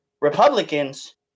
Republicans